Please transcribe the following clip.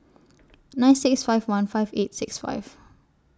nine six five one five eight six five